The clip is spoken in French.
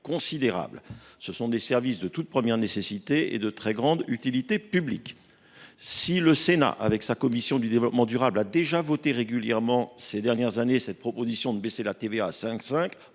considérables. Il s’agit de services de toute première nécessité et de très grande utilité publique. Si la commission du développement durable du Sénat a déjà régulièrement voté ces dernières années cette proposition d’abaisser à 5,5